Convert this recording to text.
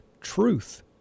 truth